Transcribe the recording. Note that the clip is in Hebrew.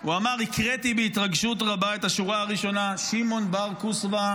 הוא אמר: "קראתי בהתרגשות רבה את השורה הראשונה: 'שמעון בר כוסבא,